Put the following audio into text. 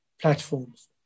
platforms